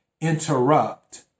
interrupt